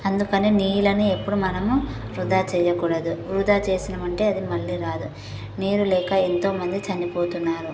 అందుకని నీళ్ళని ఎప్పుడూ మనము వృధా చేయకూడదు వృధా చేసినమంటే అది మళ్ళీ రాదు నీరు లేక ఎంతో మంది చనిపోతున్నారు